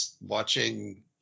watching